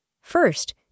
First